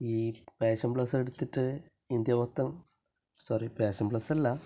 ഈ passion plus എടുത്തിട്ട് India മൊത്തം സോറി പാഷൻ പ്ലസ് അല്ല